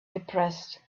depressed